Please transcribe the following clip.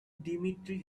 dmitry